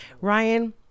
Ryan